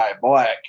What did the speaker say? Black